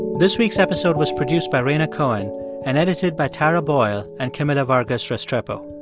this week's episode was produced by rhaina cohen and edited by tara boyle and camila vargas restrepo.